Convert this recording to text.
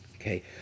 Okay